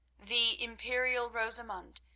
the imperial rosamund,